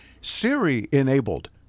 Siri-enabled